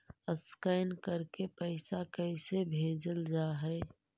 Scan करके पैसा कैसे भेजल जा हइ?